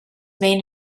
made